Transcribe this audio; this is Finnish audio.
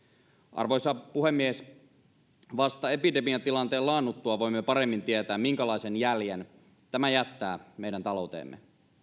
arvoisa puhemies vasta epidemiatilanteen laannuttua voimme paremmin tietää minkälaisen jäljen tämä jättää meidän talouteemme